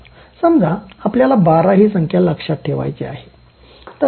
समजा आपल्याला १२ ही संख्या लक्षात ठेवायची आहे